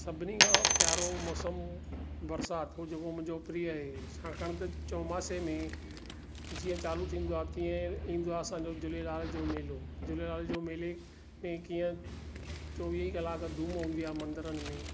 सभिनी खां प्यारो मौसम बरिसाति हुओ जेको मुंहिंजो पिरींअ आहे छाकाणि त चौमासे में जीअं चालू थींदो आहे तीअं ईंदो आहे असांजो झूलेलाल जो मेलो झूलेलाल जो मेले में कीअं चोवीह ई कलाक धूम हूंदी आहे मंदरनि में